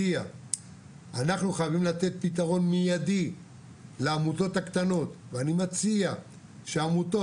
אנחנו חייבים לתת פתרון מידי לעמותות הקטנות ואני מציע שאת העמותות